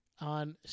on